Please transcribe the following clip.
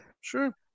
sure